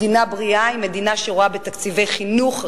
מדינה בריאה היא מדינה שרואה בתקציבי חינוך,